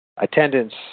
Attendance